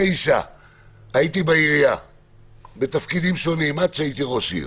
1989 הייתי בעירייה בתפקידים שונים עד שהייתי ראש עיר,